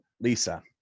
Lisa